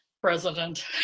President